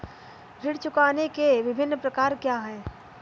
ऋण चुकाने के विभिन्न प्रकार क्या हैं?